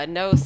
no